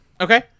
Okay